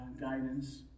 guidance